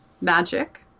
magic